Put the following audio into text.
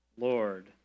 Lord